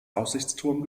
aussichtsturm